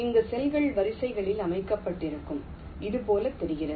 அங்கு செல்கள் வரிசைகளில் அமைக்கப்பட்டிருக்கும் இது போல் தெரிகிறது